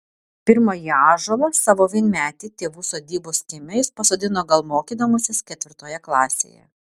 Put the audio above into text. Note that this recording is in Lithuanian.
pirmąjį ąžuolą savo vienmetį tėvų sodybos kieme jis pasodino gal mokydamasis ketvirtoje klasėje